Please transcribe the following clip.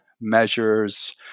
measures